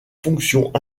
fonctions